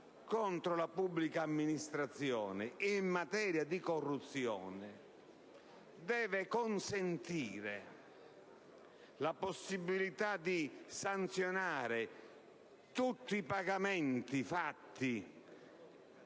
contro la pubblica amministrazione in materia di corruzione deve consentire la possibilità di sanzionare tutti i pagamenti fatti